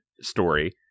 story